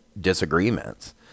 disagreements